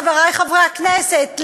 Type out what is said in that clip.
חברי חברי הכנסת,